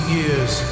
years